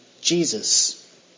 Jesus